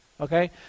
Okay